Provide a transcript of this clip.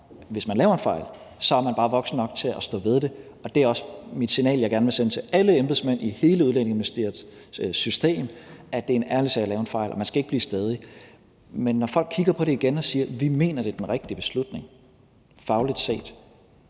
hvis man laver en fejl, så er man bare voksen nok til at stå ved det. Og det er også mit signal, jeg gerne vil sende til alle embedsmænd i hele Udlændinge- og Integrationsministeriets system, altså at det er en ærlig sag at lave en fejl, og at man ikke skal blive stædig. Men når folk kigger på det igen og siger, at de mener, at det er den rigtige beslutning fagligt set,